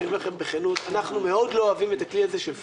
אני אומר לכם בכנות: אנחנו מאוד לא אוהבים את הכלי הזה של פלאט.